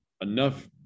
enough